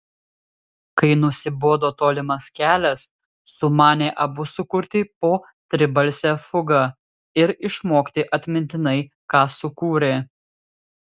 kai nusibodo tolimas kelias sumanė abu sukurti po tribalsę fugą ir išmokti atmintinai ką sukūrė